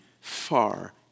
far